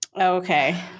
Okay